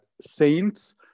saints